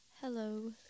Hello